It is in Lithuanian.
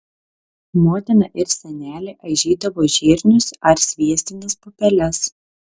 motina ir senelė aižydavo žirnius ar sviestines pupeles